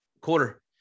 quarter